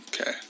Okay